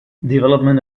development